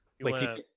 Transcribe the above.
Wait